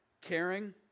caring